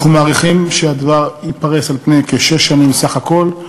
אנחנו מעריכים שהדבר יתפרס על פני כשש שנים סך הכול.